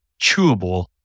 chewable